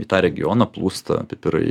į tą regioną plūsta pipirai